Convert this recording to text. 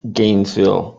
gainesville